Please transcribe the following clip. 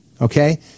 okay